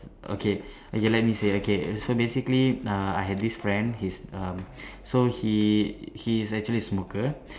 okay okay let me say okay so basically uh I had this friend he's um so he he's actually smoker